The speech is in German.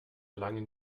langen